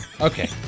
Okay